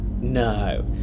No